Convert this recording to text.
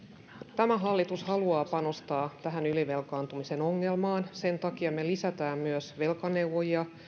tämä hallitus haluaa panostaa tähän ylivelkaantumisen ongelmaan sen takia me lisäämme myös velkaneuvojia